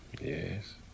Yes